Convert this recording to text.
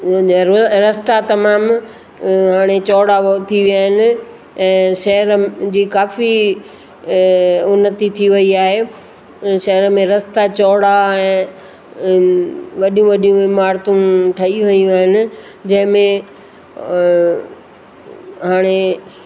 हींअर रस्ता तमामु हाणे चौड़ा थी विया आहिनि ऐं शहर जे काफ़ी उन्नति थी वेई आहे शहर में रस्ता चौड़ा ऐं वॾियूं वॾियूं इमारतूं ठही वेयूं आहिनि जंहिं में हाणे